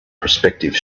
prospective